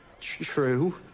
True